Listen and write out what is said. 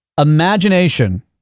Imagination